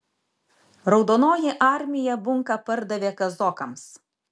raudonoji armija bunką pardavė kazokams